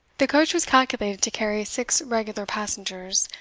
the coach was calculated to carry six regular passengers,